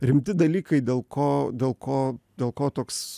rimti dalykai dėl ko dėl ko dėl ko toks